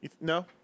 No